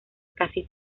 casi